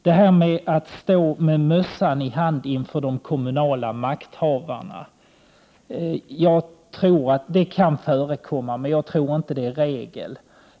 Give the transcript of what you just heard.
Det som sades om att människor står med mössan i hand inför de kommunala makthavarna kanske kan förekomma, men jag tror inte att det är någon regel.